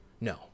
no